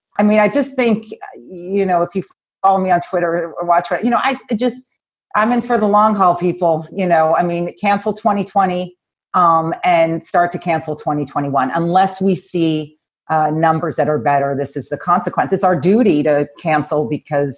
i mean, i just think you know if you follow me on twitter or whatever, but you know i just i'm in for the long haul people. you know i mean, cancel twenty twenty um and start to cancel twenty, twenty one unless we see numbers that are better. this is the consequence. it's our duty to cancel because